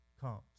comes